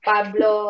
Pablo